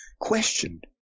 questioned